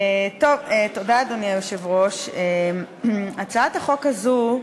אדוני היושב-ראש, תודה, הצעת החוק הזאת,